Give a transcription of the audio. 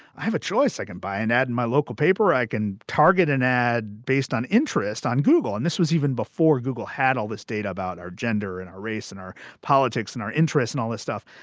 i have a choice. i can buy an ad in my local paper. i can target an ad based on interest on google. and this was even before google had all this data about our gender and our race and our politics and our interests and all that stuff.